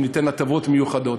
אם ניתן הטבות מיוחדות,